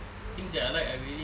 things I like I really